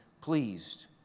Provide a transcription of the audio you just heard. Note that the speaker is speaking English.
pleased